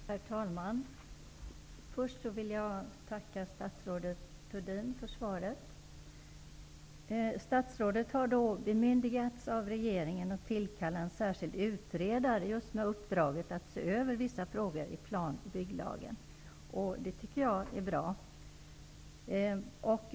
Herr talman! Först vill jag tacka statsrådet Thurdin för svaret. Statsrådet har bemyndigats av regeringen att tillkalla en särskild utredare just med uppdraget att se över vissa frågor i plan och bygglagen, och det är bra.